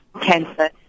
cancer